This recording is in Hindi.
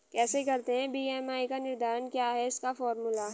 कैसे करते हैं बी.एम.आई का निर्धारण क्या है इसका फॉर्मूला?